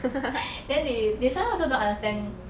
then they they sometimes also don't understand